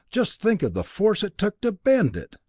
just think of the force it took to bend it!